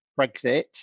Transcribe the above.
Brexit